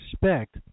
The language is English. respect